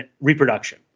reproduction